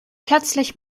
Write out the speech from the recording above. plötzlich